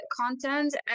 content